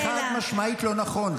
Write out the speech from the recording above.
זה חד-משמעית לא נכון.